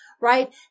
right